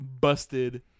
busted